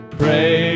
pray